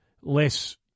less